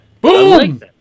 Boom